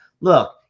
look